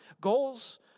Goals